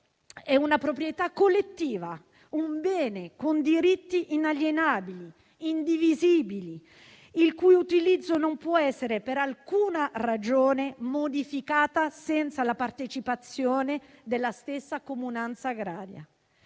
è una proprietà collettiva, un bene con diritti inalienabili e indivisibili, il cui utilizzo non può essere per alcuna ragione modificato senza la partecipazione della stessa Comunanza agraria.